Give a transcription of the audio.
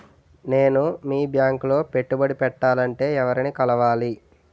నేను మీ బ్యాంక్ లో పెట్టుబడి పెట్టాలంటే ఎవరిని కలవాలి?